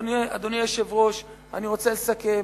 אדוני היושב-ראש, אני רוצה לסכם.